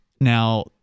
Now